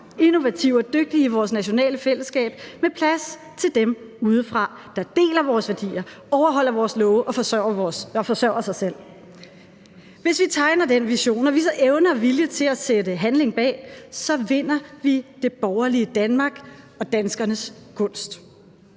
innovative og dygtige i vores nationale fællesskab med plads til dem udefra, der deler vores værdier, overholder vores love og forsørger sig selv. Hvis vi tegner den vision og viser evne og vilje til at sætte handling bag, vinder vi det borgerlige Danmark og danskernes gunst.